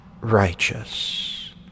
righteous